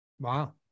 Wow